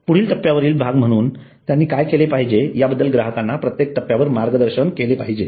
पुढील टप्प्यावरील भाग म्हणून त्यांनी काय केले पाहिजे याबद्दल ग्राहकांना प्रत्येक टप्प्यावर मार्गदर्शन केले पाहिजे